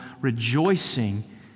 rejoicing